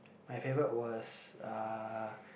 my favourite was uh